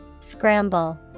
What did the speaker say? Scramble